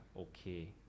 okay